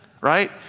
right